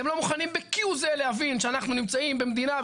אתם לא מוכנים בכהוא זה להבין שאנחנו נמצאים במדינה,